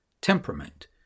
temperament